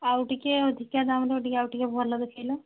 ଆଉ ଟିକିଏ ଅଧିକା ଦାମ୍ର ଟିକିଏ ଆଉ ଟିକିଏ ଭଲ ଦେଖାଇଲ